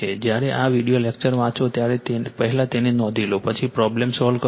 જ્યારે આ video lecture વાંચો ત્યારે પહેલા તેને નોંધી લો પછી પ્રોબ્લેમ સોલ્વ કરો કરો